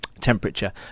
temperature